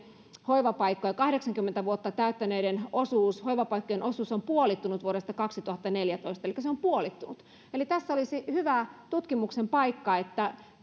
kahdeksankymmentä vuotta täyttäneiden hoivapaikkojen osuus on puolittunut vuodesta kaksituhattaneljätoista elikkä se on puolittunut tässä olisi hyvä tutkimuksen paikka